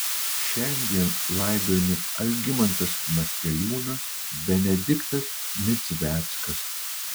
šiandien laidojami algimantas maskeliūnas benediktas nedzveckas